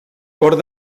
cort